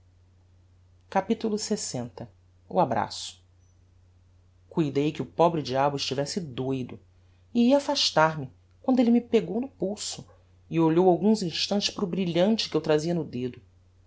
capitulo lx o abraço cuidei que o pobre diabo estivesse doudo e ia afastar me quando elle me pegou no pulso e olhou alguns instantes para o brilhante que eu trazia no dedo